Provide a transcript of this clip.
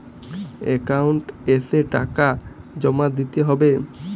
Account এসে টাকা জমা দিতে হবে?